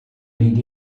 hyd